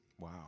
Wow